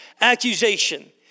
accusation